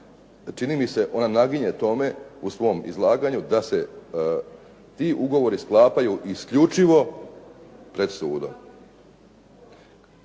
čini mi se ona naginje tome u svom izlaganju da se ti ugovori sklapaju isključivo pred sudom.